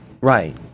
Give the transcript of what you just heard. Right